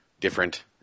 different –